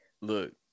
Look